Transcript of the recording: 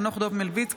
חנוך דב מלביצקי,